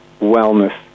wellness